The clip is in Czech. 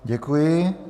Děkuji.